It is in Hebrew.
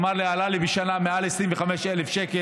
אמר לי: זה עלה לי בשנה מעל 25,000 שקל,